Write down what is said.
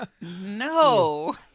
No